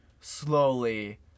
slowly